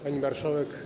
Pani Marszałek!